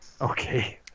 okay